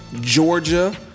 Georgia